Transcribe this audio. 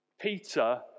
Peter